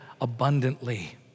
abundantly